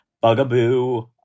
bugaboo